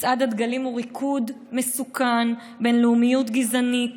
מצעד הדגלים הוא ריקוד מסוכן בין לאומיות גזענית,